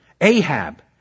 Ahab